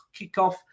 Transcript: kickoff